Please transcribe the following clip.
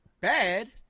bad